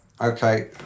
okay